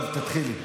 טוב, תתחילי,